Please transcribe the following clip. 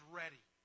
ready